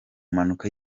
mpanuka